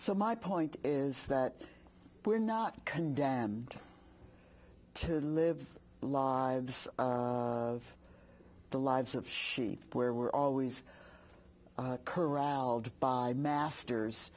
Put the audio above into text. so my point is that we're not condemned to live lives of the lives of sheep where we're always corralled by masters